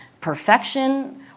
perfection